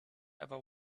ever